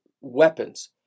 weapons